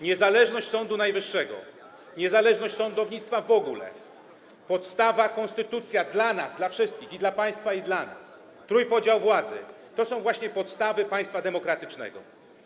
Niezależność Sądu Najwyższego, niezależność sądownictwa w ogóle, taka podstawa, konstytucja dla nas, dla wszystkich, i dla państwa, i dla nas, trójpodział władzy - to są właśnie podstawy państwa demokratycznego.